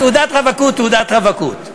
תעודת רווקות, תעודת רווקות.